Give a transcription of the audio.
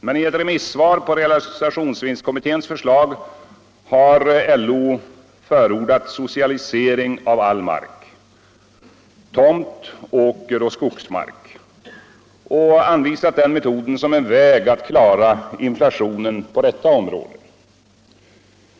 Men i ett remissvar på realisationsvinstkommitténs förslag har LO förordat socialisering av all mark —- tomt-, åkeroch skogsmark — som en väg att klara inflationen på detta område.